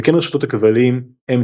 וכן רשתות הכבלים HBO,